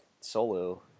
solo